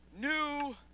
new